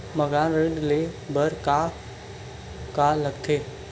मकान ऋण ले बर का का लगथे?